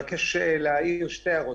אני מבקש להעיר שתי הערות.